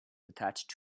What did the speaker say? attached